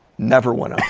never went up.